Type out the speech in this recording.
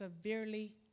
severely